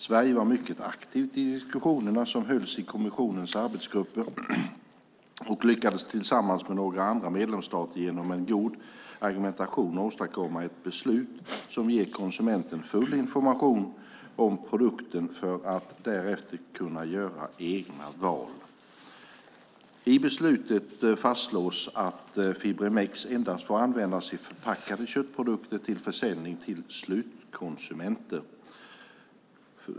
Sverige var mycket aktivt i diskussionerna som hölls i kommissionens arbetsgrupper och lyckades tillsammans med några andra medlemsstater genom en god argumentation åstadkomma ett beslut som ger konsumenterna full information om produkten för att de därefter ska kunna göra egna val. I beslutet fastslås att Fibrimex endast får användas i förpackade köttprodukter till försäljning till slutkonsumenter.